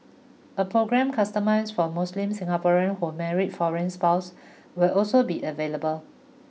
a programme customised for Muslim Singaporeans who marry foreign spouses will also be available